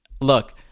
look